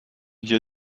hier